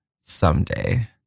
someday